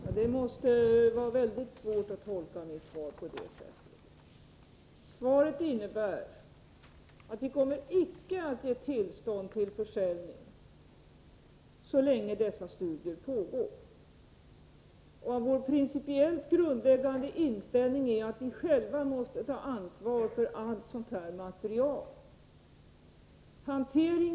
Fru talman! Det måste vara mycket svårt att tolka mitt svar, Oswald Söderqvist. Svaret innebär att vi icke kommer att ge tillstånd till försäljning, så länge studier på detta område pågår. Vår principiellt grundläggande inställning är att vi själva måste ta ansvar för allt material av detta slag.